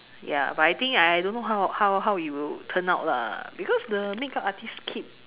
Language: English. ya but I think I don't how how how it will turn out lah because the makeup artist keep